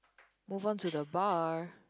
movement to the bar